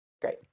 Great